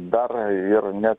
dar ir net